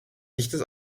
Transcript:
dichtes